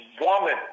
woman